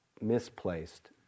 misplaced